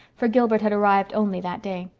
for gilbert had arrived only that day.